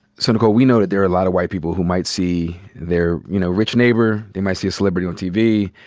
so, nikole, we know that there are a lot of white people who might see their, you know, rich neighbor. they might see a celebrity on tv.